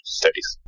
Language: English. studies